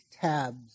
tabs